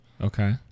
Okay